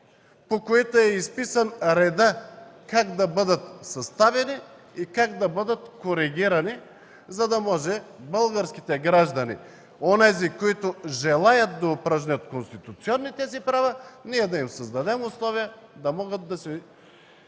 по които е изписан редът как да бъдат съставени и как да бъдат коригирани, за да може на българските граждани – онези, които желаят да упражнят конституционните си права, ние да им създадем условия, за да могат да си